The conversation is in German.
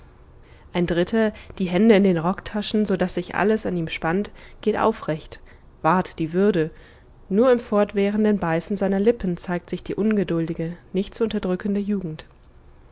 ein dritter die hände in den rocktaschen so daß sich alles an ihm spannt geht aufrecht wahrt die würde nur im fortwährenden beißen seiner lippen zeigt sich die ungeduldige nicht zu unterdrückende jugend